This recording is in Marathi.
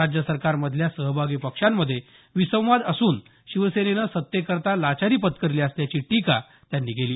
राज्य सरकारमधल्या सहभागी पक्षांमध्ये विसंवाद असून शिवसेनेनं सत्तेकरता लाचारी पत्करली असल्याची टीका त्यांनी केली